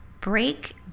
break